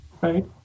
right